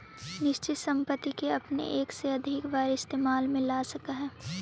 निश्चित संपत्ति के अपने एक से अधिक बार इस्तेमाल में ला सकऽ हऽ